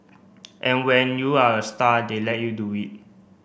and when you're a star they let you do it